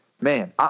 man